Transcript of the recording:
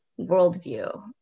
worldview